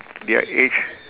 their age